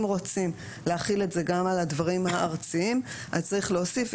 אם רוצים להחיל את זה גם על הדברים הארציים אז צריך להוסיף,